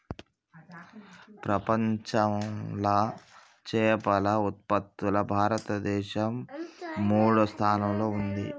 ప్రపంచంలా చేపల ఉత్పత్తిలా భారతదేశం మూడో స్థానంలా ఉంది